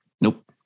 nope